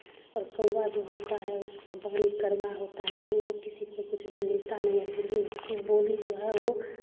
और कौवा जो होता है उसका वाणी करवा होता है जब ये ब किसीको कुछ भी लेता नहीं है फिर भी उसकी बोली जो है वो